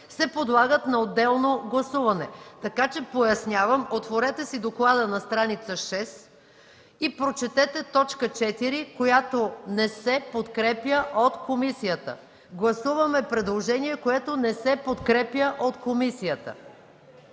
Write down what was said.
се подлагат на отделно гласуване. Така че, пояснявам, отворете си доклада на стр. 6 и прочетете т. 4, която не се подкрепя от комисията. Гласуваме предложение, което не се подкрепя от комисията!